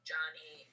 Johnny